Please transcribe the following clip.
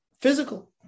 physical